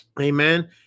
amen